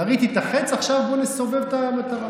יריתי את החץ, עכשיו בוא נסובב את המטרה.